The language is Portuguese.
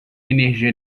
energia